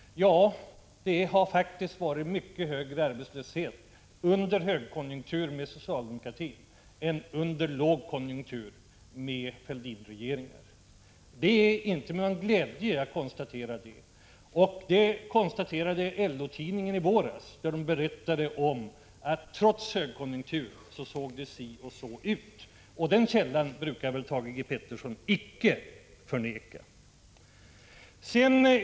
Ja, det har faktiskt varit mycket högre arbetslöshet under högkonjunktur med socialdemokratin än under lågkonjunktur med Fälldinregeringen. Det är inte med någon glädje jag konstaterar det. LO-tidningen konstaterade detsamma i våras, när man berättade om att det trots högkonjunkturen såg si och så ut. Den källan brukar väl Thage Peterson icke förneka.